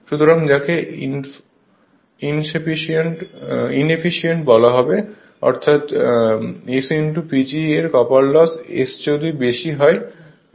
সুতরাং যাকে ইনেফিসিয়েন্ট বলা হবে অর্থে S PG এর কপার লস S যদি বেশি হবে